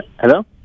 Hello